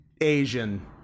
Asian